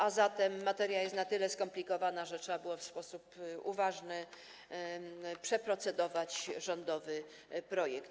A więc materia jest na tyle skomplikowana, że trzeba było w sposób uważny przeprocedować rządowy projekt.